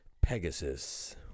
Pegasus